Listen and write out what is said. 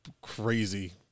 crazy